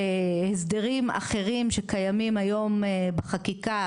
להסדרים אחרים שקיימים היום בחקיקה,